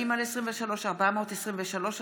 עאידה תומא סלימאן,